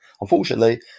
Unfortunately